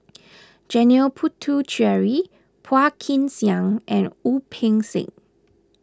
Janil Puthucheary Phua Kin Siang and Wu Peng Seng